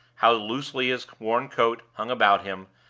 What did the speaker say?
how loosely his worn coat hung about him,